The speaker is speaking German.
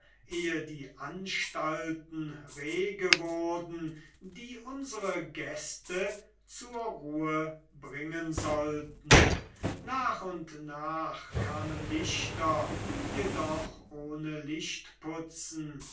ehe die anstalten rege wurden die unsere gäste zur ruhe bringen sollten nach und nach kamen lichter jedoch ohne